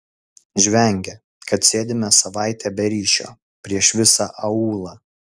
žvengia kad sėdime savaitę be ryšio prieš visą aūlą